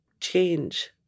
change